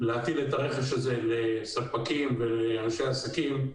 להטיל את הרכש הזה לספקים ולאנשי עסקים.